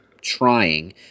trying